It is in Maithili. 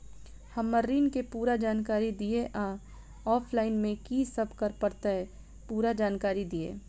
हम्मर ऋण केँ पूरा जानकारी दिय आ ऑफलाइन मे की सब करऽ पड़तै पूरा जानकारी दिय?